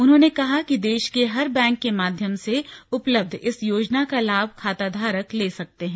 उन्होंने कहा कि देश के हर बैंक के माध्यम से उपलब्ध इस योजना का लाभ खाताधारक ले सकते हैं